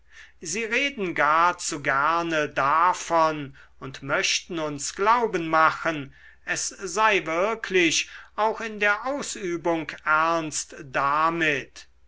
sie reden gar zu gerne davon und möchten uns glauben machen es sei wirklich auch in der ausübung ernst damit